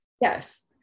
Yes